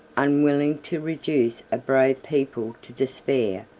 unwilling to reduce a brave people to despair,